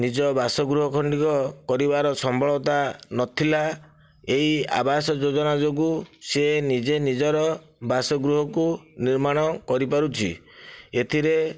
ନିଜ ବାସଗୃହ ଖଣ୍ଡିକ କରିବାର ସମ୍ଭଳତା ନଥିଲା ଏହି ଆବାସ ଯୋଜନା ଯୋଗୁ ସେ ନିଜେ ନିଜର ବାସଗୃହକୁ ନିର୍ମାଣ କରିପାରୁଛି ଏଥିରେ